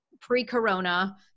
pre-corona